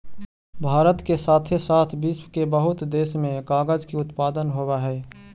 भारत के साथे साथ विश्व के बहुते देश में कागज के उत्पादन होवऽ हई